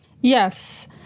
Yes